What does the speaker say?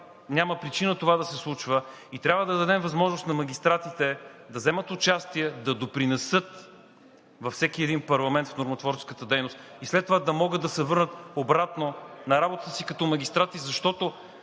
Няма причина това да се случва и трябва да дадем възможност на магистратите да вземат участие, да допринесат във всеки един парламент в нормотворческата дейност и след това да могат да се върнат обратно на работата си като магистрати, защото